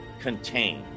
contained